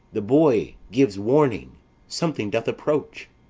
the boy gives warning something doth approach.